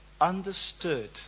understood